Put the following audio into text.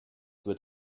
wird